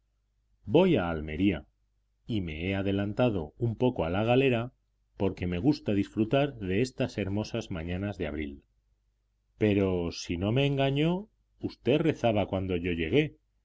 voy a almería y me he adelantado un poco a la galera porque me gusta disfrutar de estas hermosas mañanas de abril pero si no me engaño usted rezaba cuando yo llegué